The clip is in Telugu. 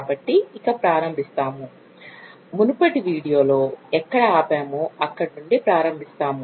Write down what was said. కాబట్టి ఇక ప్రారంభిస్తాము మునుపటి వీడియోలో ఎక్కడ ఆపామో అక్కడి నుండి ప్రారంభిస్తాము